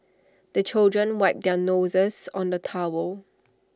the children wipe their noses on the towel